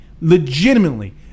legitimately